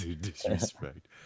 disrespect